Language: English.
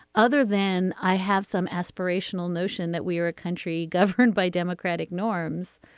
other than i have some aspirational notion that we are a country governed by democratic norms.